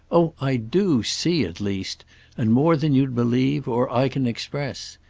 oh i do see, at least and more than you'd believe or i can express.